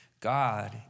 God